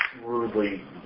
rudely